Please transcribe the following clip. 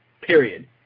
period